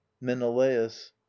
menelaus